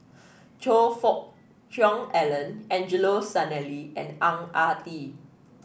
Choe Fook Cheong Alan Angelo Sanelli and Ang Ah Tee